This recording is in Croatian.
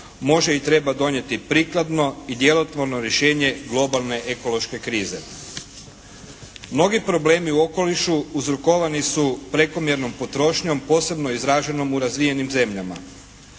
može i treba donijeti prikladno i djelotvorno rješenje globalne ekološke krize. Mnogi problemi u okolišu uzrokovani su prekomjernom potrošnjom, posebno izraženom u razvijenim zemljama.